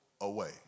away